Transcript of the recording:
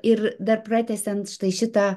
ir dar pratęsiant štai šitą